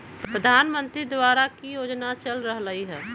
प्रधानमंत्री द्वारा की की योजना चल रहलई ह?